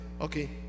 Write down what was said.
okay